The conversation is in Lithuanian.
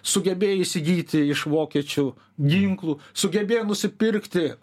sugebėjo įsigyti iš vokiečių ginklų sugebėjo nusipirkti